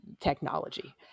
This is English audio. technology